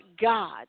God